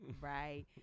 right